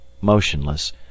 motionless